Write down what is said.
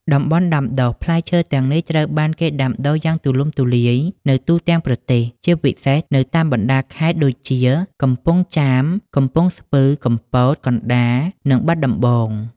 តំបន់ដាំដុះ: ផ្លែឈើទាំងនេះត្រូវបានគេដាំដុះយ៉ាងទូលំទូលាយនៅទូទាំងប្រទេស ជាពិសេសនៅតាមបណ្តាខេត្តដូចជា កំពង់ចាម កំពង់ស្ពឺ កំពត កណ្តាល និងបាត់ដំបង។